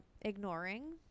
ignoring